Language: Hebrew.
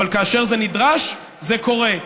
כאשר זה נדרש זה קורה.